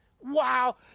Wow